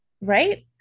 right